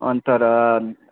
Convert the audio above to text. अन्त र